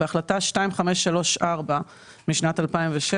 בהחלטה 2534 משנת 2007,